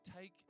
take